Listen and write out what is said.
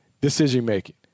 decision-making